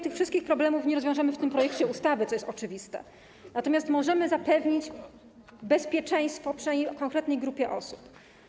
Tych wszystkich problemów nie rozwiążemy pewnie tym projektem ustawy, co jest oczywiste, natomiast możemy zapewnić bezpieczeństwo przynajmniej konkretnej grupie osób.